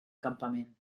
campament